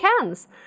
Hands